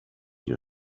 your